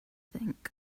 think